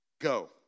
go